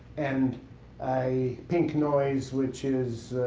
and a pink noise, which is